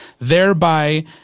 thereby –